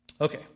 okay